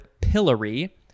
pillory